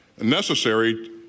necessary